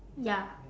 ya